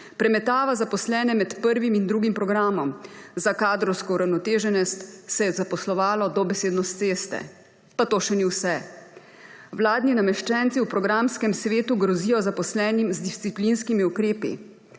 premetava zaposlene med prvim in drugim programom, za kadrovsko uravnoteženost se je zaposlovalo dobesedno s ceste, pa to še ni vse. Vladni nameščenci v programskem svetu grozijo zaposlenim z disciplinskimi ukrepi,